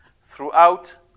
Throughout